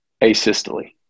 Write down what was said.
asystole